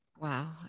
Wow